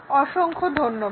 অসংখ্য ধন্যবাদ